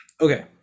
Okay